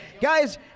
Guys